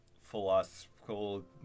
philosophical